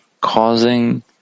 causing